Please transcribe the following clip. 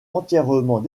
entièrement